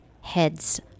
heads